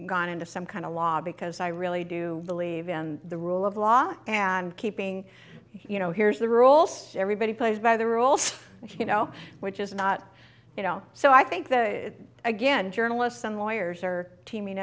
gone into some kind of law because i really do believe in the rule of law and keeping you know here's the rule so everybody plays by the rules you know which is not you know so i think that again journalists and lawyers are team